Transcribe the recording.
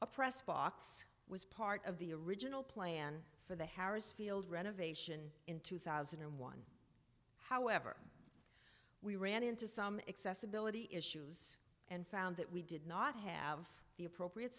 a pressbox was part of the original plan for the harris field renovation in two thousand and one however we ran into some accessibility issues and found that we did not have the appropriate